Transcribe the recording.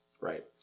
Right